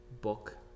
book